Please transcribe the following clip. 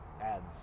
ads